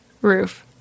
Roof